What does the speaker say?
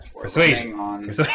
Persuasion